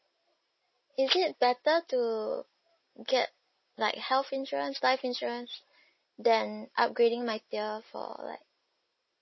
is it better to get like health insurance life insurance than upgrading my tier for like